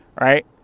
right